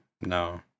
no